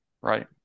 right